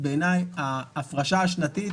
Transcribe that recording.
בעיניי ההפרשה השנתית